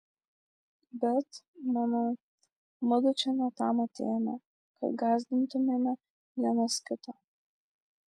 bet manau mudu čia ne tam atėjome kad gąsdintumėme vienas kitą